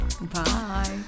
Bye